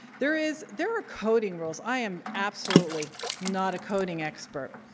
there is there are coding rules i am absolutely not a coding expert.